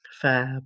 Fab